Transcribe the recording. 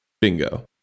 Bingo